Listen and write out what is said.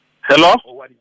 Hello